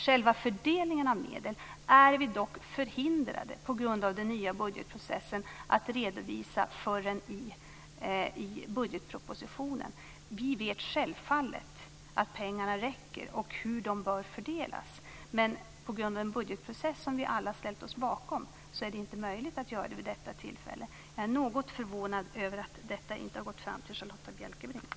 Själva fördelningen av medel är vi dock på grund av den nya budgetprocessen förhindrade att redovisa förrän i budgetpropositionen. Vi vet självfallet att pengarna räcker och hur de bör fördelas, men på grund av den budgetprocess som vi alla ställt oss bakom är det inte möjligt att göra det vid detta tillfälle. Jag är något förvånad över att detta inte har gått fram till Charlotta Bjälkebring.